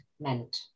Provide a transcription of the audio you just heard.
meant